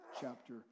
chapter